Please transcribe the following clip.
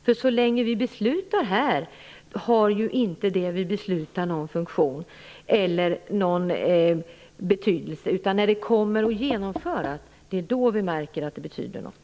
Det som vi beslutar här har inte någon funktion förrän det skall genomföras. Det är då som vi märker att det betyder något.